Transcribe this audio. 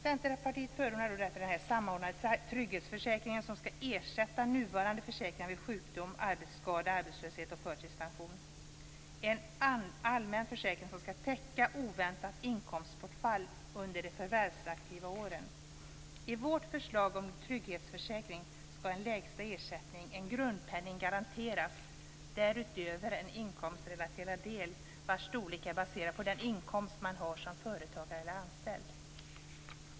Centerpartiet förordar därför en samordnad trygghetsförsäkring som skall ersätta nuvarande försäkringar vid sjukdom, arbetsskada, arbetslöshet och förtidspension - en allmän försäkring som skall täcka oväntat inkomstbortfall under de förvärvsaktiva åren. I vårt förslag om trygghetsförsäkring skall en lägsta ersättning, en grundpenning, garanteras. Därutöver skall det vara en inkomstrelaterad del vars storlek är baserad på den inkomst man har som företagare eller anställd.